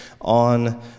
on